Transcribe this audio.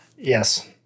Yes